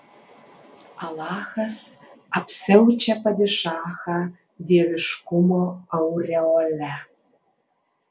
alachas apsiaučia padišachą dieviškumo aureole